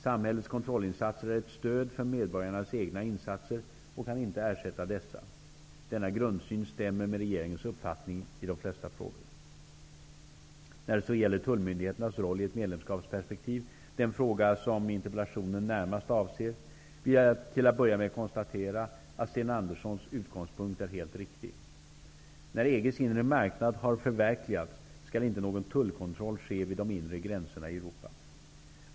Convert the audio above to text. Samhällets kontrollinsatser är ett stöd för medborgarnas egna insatser och kan inte ersätta dessa. Denna grundsyn stämmer med regeringens uppfattning i de flesta frågor. När det så gäller tullmyndigheternas roll i ett medlemskapsperspektiv, den fråga som interpellationen närmast avser, vill jag till att börja med konstatera att Sten Anderssons utgångspunkt är helt riktig. När EG:s inre marknad har förverkligats, skall inte någon tullkontroll ske vid de inre gränserna i Europa.